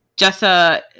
Jessa